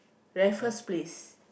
Raffles-Place